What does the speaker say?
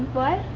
what?